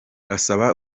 asaba